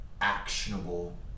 actionable